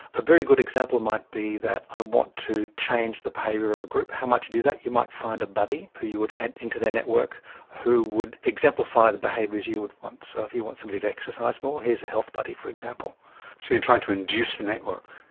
a very good example might be that i want to change the behaviour of a group. how might you do that? you might find a buddy who you would add into that network who would exemplify the behaviours you would want. so if you want somebody to exercise more, here's a health buddy, for example. so you're trying to induce a network.